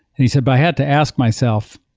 he said, i had to ask myself,